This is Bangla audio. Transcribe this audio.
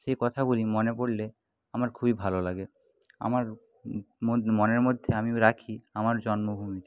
সে কথাগুলি মনে পড়লে আমার খুবই ভালো লাগে আমার মনের মধ্যে আমি রাখি আমার জন্মভূমিকে